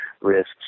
risks